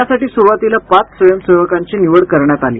यासाठी सुरुवातीला पाच स्वयंसेवकांची निवड करण्यात आली